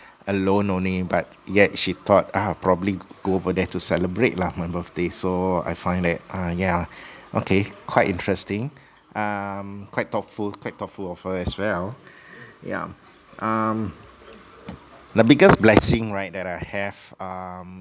alone only but yet she thought ah probably go over there to celebrate lah my birthday so I find that ah ya okay quite interesting um quite thoughtful quite thoughtful of her as well yeah um the biggest blessing right that I have um